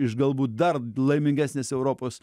iš galbūt dar laimingesnės europos